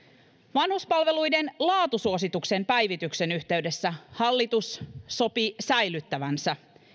vanhuspalveluiden laatusuosituksen päivityksen yhteydessä hallitus sopi säilyttävänsä